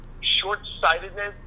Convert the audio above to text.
short-sightedness